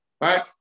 right